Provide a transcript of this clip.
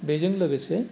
बेजों लोगोसे